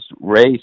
race